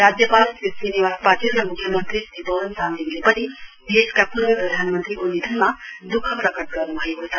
राज्यपाल श्री श्रीनिवास पाटिल र मुख्यमन्त्री श्री पवन चामलिङले पनि देशका पूर्व प्रधानमन्त्रीको निधनमा दुख प्रकट गर्नुभएको छ